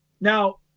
Now